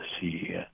see